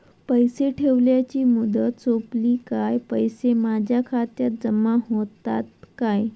पैसे ठेवल्याची मुदत सोपली काय पैसे माझ्या खात्यात जमा होतात काय?